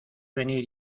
venir